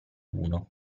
uno